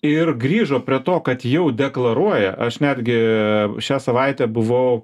ir grįžo prie to kad jau deklaruoja aš netgi šią savaitę buvau